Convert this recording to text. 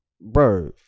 bro